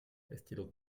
estilo